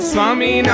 Swami